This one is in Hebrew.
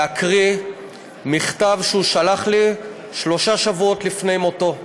להקריא מכתב שהוא שלח לי שלושה שבועות לפני מותו.